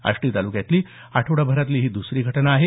आष्टी तालुक्यातली आठवडाभरातली ही दुसरी घटना आहे